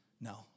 No